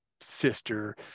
sister